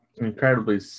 incredibly